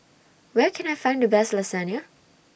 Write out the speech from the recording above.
Where Can I Find The Best Lasagne